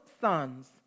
sons